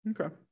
Okay